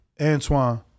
Antoine